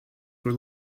were